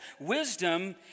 wisdom